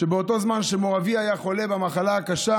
שבאותו זמן שאבי היה חולה במחלה הקשה